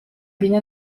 viene